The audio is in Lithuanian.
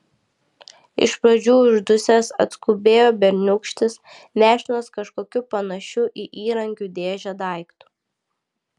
iš pradžių uždusęs atskubėjo berniūkštis nešinas kažkokiu panašiu į įrankių dėžę daiktu